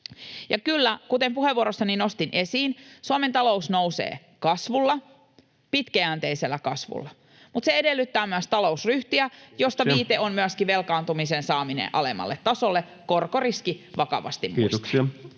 kyllä, kuten puheenvuorossani nostin esiin, Suomen talous nousee kasvulla, pitkäjänteisellä kasvulla, mutta se edellyttää myös talousryhtiä, [Puhemies: Kiitoksia!] josta viite on myöskin velkaantumisen saaminen alemmalle tasolle korkoriski vakavasti muistaen.